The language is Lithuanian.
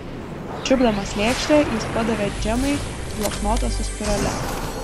čiupdamas lėkštę jis padavė džemai bloknotą su spirale